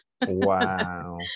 Wow